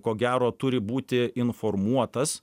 ko gero turi būti informuotas